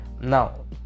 Now